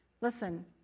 Listen